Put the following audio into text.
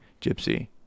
gypsy